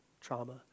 trauma